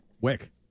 Wick